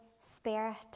Spirit